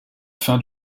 fin